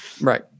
Right